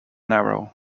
narrow